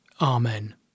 Amen